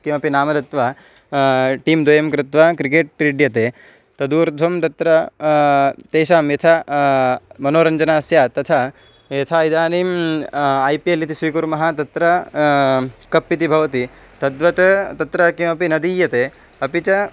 किमपि नाम दत्वा टीं द्वयं कृत्वा क्रिकेट् क्रीड्यते तदूर्ध्वं तत्र तेषां यथा मनोरञ्जनं स्यात् तथा यथा इदानीं ऐ पि एल् इति स्वीकुर्मः तत्र कप् इति भवति तद्वत् तत्र किमपि न दीयते अपि च